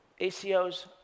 ACOs